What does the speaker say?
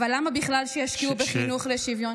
אבל למה בכלל שישקיעו בחינוך לשוויון,